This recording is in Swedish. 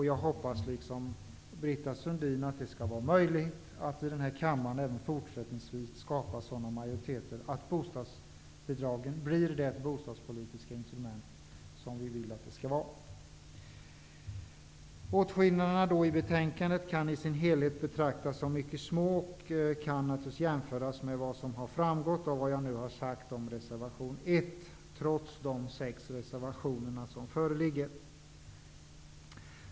Jag hoppas, liksom Britta Sundin, att det skall vara möjligt att i den här kammaren även fortsättningsvis skapa sådana majoriteter att bostadsbidragen blir det bostadspolitiska instrument som vi vill att det skall vara. Åsiktsskillnaderna i betänkandet kan i sin helhet betraktas som mycket små, och kan naturligtvis jämföras med vad som har framgått av vad jag nu har sagt om reservation nr 1, trots de 6 reservationerna som föreligger.